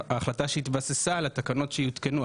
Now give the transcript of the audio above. ההחלטה שהתבססה על התקנות שיותקנו,